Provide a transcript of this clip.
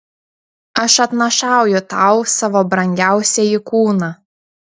aš atnašauju tau savo brangiausiąjį kūną